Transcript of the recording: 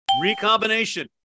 Recombination